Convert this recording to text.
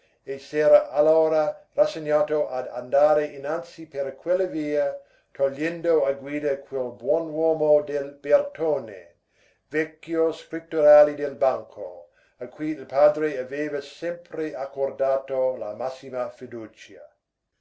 e s'era allora rassegnato ad andare innanzi per quella via togliendo a guida quel buon uomo del bertone vecchio scritturale del banco a cui il padre aveva sempre accordato la massima fiducia